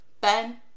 Ben